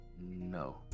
No